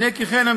הנה כי כן,